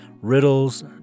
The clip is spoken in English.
riddles